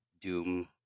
doom